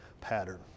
pattern